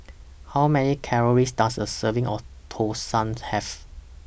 How Many Calories Does A Serving of Thosai Have